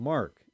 Mark